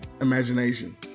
Imagination